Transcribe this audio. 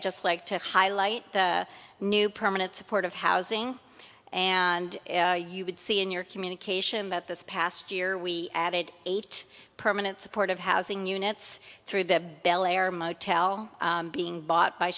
just like to highlight the new permanent supportive housing and you would see in your communication that this past year we added eight permanent supportive housing units through the bel air motel being bought by